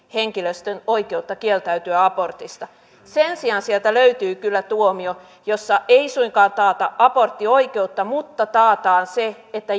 henkilöstön oikeutta kieltäytyä abortista sen sijaan sieltä löytyi kyllä tuomio jossa ei suinkaan taata aborttioikeutta mutta taataan se että